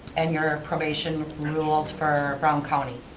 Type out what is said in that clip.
and your probation rules for brown county.